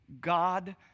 God